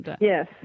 Yes